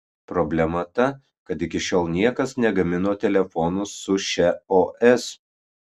problema ta kad iki šiol niekas negamino telefonų su šia os